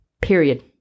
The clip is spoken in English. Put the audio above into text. Period